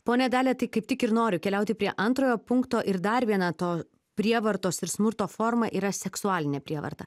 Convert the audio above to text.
ponia dalia tai kaip tik ir noriu keliauti prie antrojo punkto ir dar viena to prievartos ir smurto forma yra seksualinė prievarta